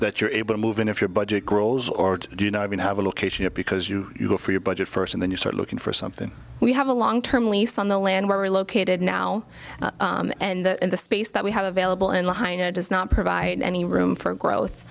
that you're able to move in if your budget grows or do you know i mean have a location because you go for your budget first and then you start looking for something we have a long term lease on the land where we're located now and in the space that we have available in line it does not provide any room for growth